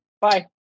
Bye